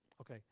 Okay